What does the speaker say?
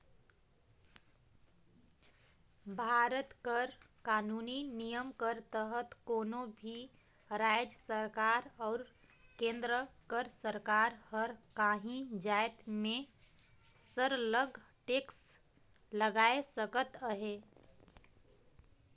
भारत कर कानूनी नियम कर तहत कोनो भी राएज सरकार अउ केन्द्र कर सरकार हर काहीं जाएत में सरलग टेक्स लगाए सकत अहे